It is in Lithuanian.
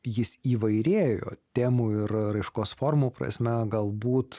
jis įvairėjo temų ir raiškos formų prasme galbūt